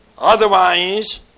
Otherwise